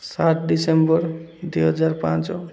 ସାତ ଡିସେମ୍ବର ଦୁଇ ହଜାର ପାଞ୍ଚ